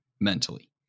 mentally